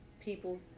people